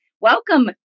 Welcome